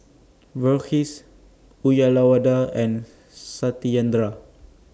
Verghese Uyyalawada and Satyendra